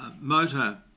Motor